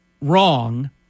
wrong